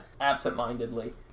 Absent-mindedly